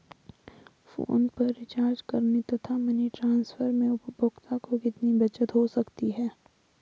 Phone पर recharge करने तथा मनी ट्रांसफर में उपभोक्ता को कितनी बचत हो सकती है?